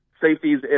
safeties